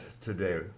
today